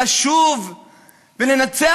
לשוב ולנצח,